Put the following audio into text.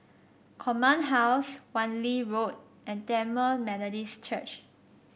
Command House Wan Lee Road and Tamil Methodist Church